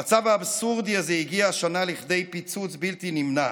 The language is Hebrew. המצב האבסורדי הזה הגיע השנה לכדי פיצוץ בלתי נמנע,